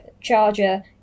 charger